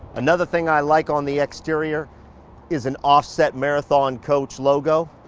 another thing i like on the exterior is an offset marathon coach logo.